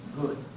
good